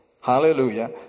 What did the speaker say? Hallelujah